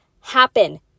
happen